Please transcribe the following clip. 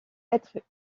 être